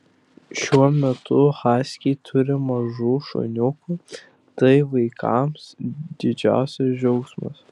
šiuo metu haskiai turi mažų šuniukų tai vaikams didžiausias džiaugsmas